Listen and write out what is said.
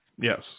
Yes